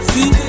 See